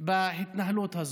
בהתנהלות הזאת.